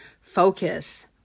focus